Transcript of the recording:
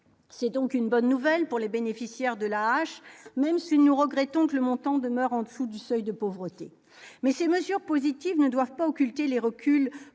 c'est donc une bonne nouvelle pour les bénéficiaires de la même si nous regrettons que le montant demeure en dessous du seuil de pauvreté, mais ces mesures positives ne doivent pas occulter les reculs contenues